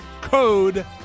code